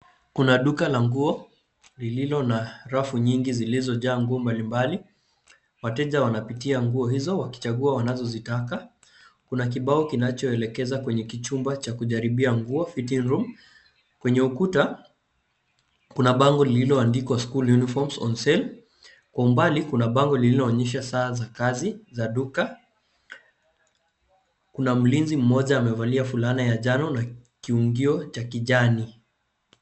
Kuna duka la nguo lililo na rafu nyingi zilizojaa nguo mbalimbali. Wateja wanapitia nguo hizo wakichagua wanazozitaka. Kuna kibao kinachoelekeza kwenye kichumba cha kujaribia nguo fitting room . Kwenye ukuta, kuna bango lililoandikwa school uniforms on sale . Kwa umbali kuna bango lililoonyesha saa za kazi za duka. Kuna mlinzi mmoja amevalia fulana ya njano na kiungio cha kijani.